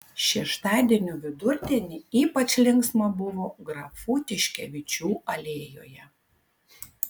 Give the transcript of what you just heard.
šeštadienio vidurdienį ypač linksma buvo grafų tiškevičių alėjoje